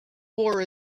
war